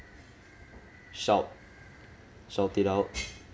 shout shout it out